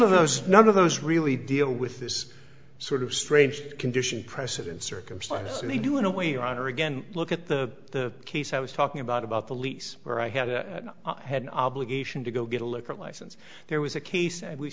of those none of those really deal with this sort of strange condition precedent circumstance and they do in a way you are again look at the case i was talking about about the lease where i had a head obligation to go get a liquor license there was a case